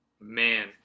Man